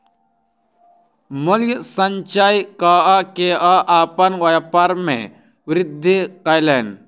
मूल्य संचय कअ के ओ अपन व्यापार में वृद्धि कयलैन